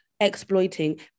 exploiting